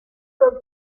comme